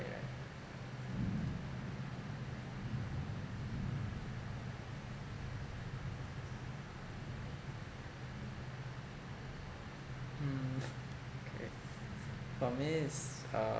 mm okay for me is uh